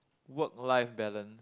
work life balance